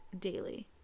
daily